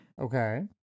Okay